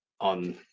on